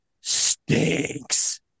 stinks